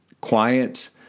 quiet